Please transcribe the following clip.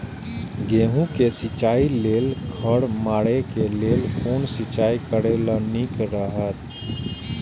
गेहूँ के सिंचाई लेल खर मारे के लेल कोन सिंचाई करे ल नीक रहैत?